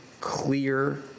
clear